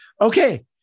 okay